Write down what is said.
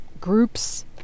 groups